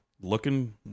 looking